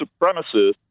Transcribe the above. supremacists